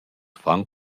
fan